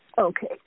Okay